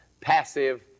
passive